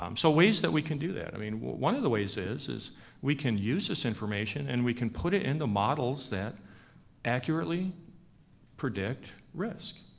um so ways that we can do that. i mean one of the ways is, is we can use this information and we can put it in the models that accurately predict risk.